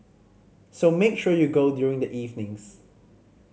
so make sure you go during the evenings